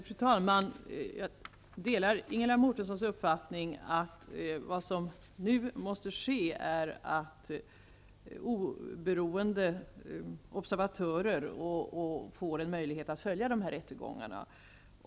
Fru talman! Jag delar Ingela Mårtenssons uppfattning att oberoende observatörer måste få följa rättegångarna.